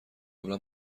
قبلا